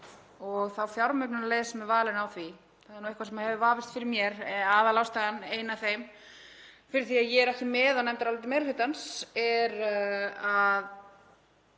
og þá fjármögnunarleið sem er valin á því. Það er eitthvað sem hefur vafist fyrir mér. Aðalástæðan, ein af þeim, fyrir því að ég er ekki með á nefndaráliti meiri hlutans er að